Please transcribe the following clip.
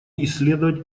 исследовать